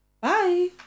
bye